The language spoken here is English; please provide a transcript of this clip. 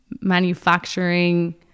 manufacturing